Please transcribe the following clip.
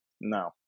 No